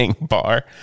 bar